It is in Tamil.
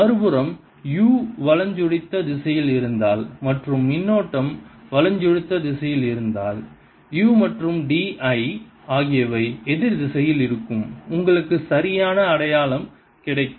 மறுபுறம் u வலஞ்சுழித்த திசையில் இருந்தால் மற்றும் மின்னோட்டம் வலஞ்சுழித்த திசையில் இருந்தால் u மற்றும் d l ஆகியவை எதிர் திசையில் இருக்கும் உங்களுக்கு சரியான அடையாளம் கிடைக்கும்